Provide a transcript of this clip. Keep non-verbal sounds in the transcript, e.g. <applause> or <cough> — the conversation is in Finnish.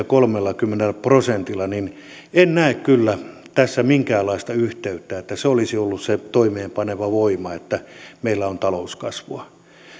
<unintelligible> kolmellakymmenellä prosentilla niin en kyllä näe tässä minkäänlaista yhteyttä että se olisi ollut se toimeenpaneva voima niin että meillä on talouskasvua